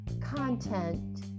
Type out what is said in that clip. content